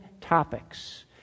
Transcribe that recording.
topics